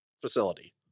facility